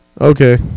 Okay